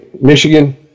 Michigan